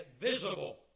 visible